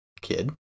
kid